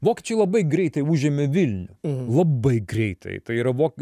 vokiečiai labai greitai užėmė vilnių labai greitai tai yra vok